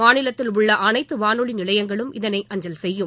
மாநிலத்தில் உள்ள அனைத்து வானொலி நிலையங்களும் இதனை அஞ்சல் செய்யும்